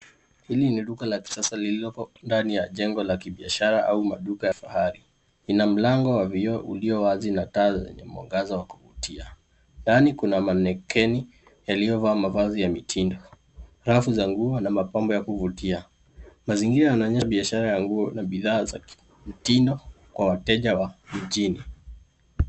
Hili ni duka la kisasa lililoko ndani ya jengo la kibiashara au maduka ya fahari. Ina mlango wa vioo ulio wazi na taa zenye mwangaza wa kuvutia. Ndani kuna mannequin yaliyovaa mavazi ya mitindo. Rafu za nguo na mapambo ya kuvutia. Mazingira yanaonyesha biashara ya nguo na bidhaa za kimtindo kwa wateja wa mjini.